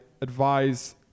advise